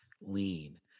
lean